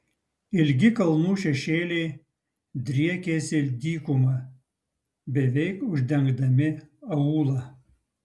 ilgi kalnų šešėliai driekėsi dykuma beveik uždengdami aūlą